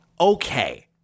Okay